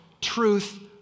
truth